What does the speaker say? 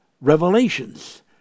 Revelations